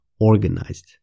organized